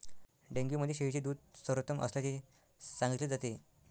dengue मध्ये शेळीचे दूध सर्वोत्तम असल्याचे सांगितले जाते